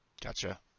Gotcha